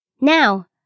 Now